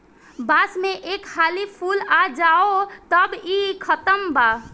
बांस में एक हाली फूल आ जाओ तब इ खतम बा